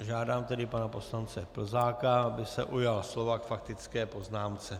Žádám tedy pana poslance Plzáka, aby se ujal slova k faktické poznámce.